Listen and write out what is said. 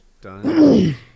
done